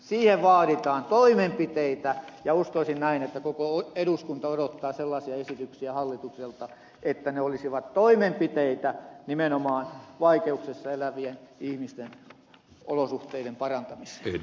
siihen vaaditaan toimenpiteitä ja uskoisin näin että koko eduskunta odottaa sellaisia esityksiä hallitukselta että ne olisivat toimenpiteitä nimenomaan vaikeuksissa elävien ihmisten olosuhteiden parantamiseen